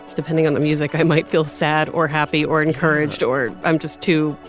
depending on the music, i might feel sad or happy or encouraged or i'm just too,